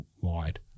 wide